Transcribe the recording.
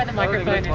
and microphone.